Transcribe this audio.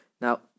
Now